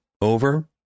over